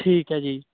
ਠੀਕ ਹੈ ਜੀ